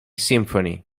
symphony